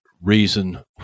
reason